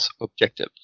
objective